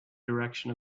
direction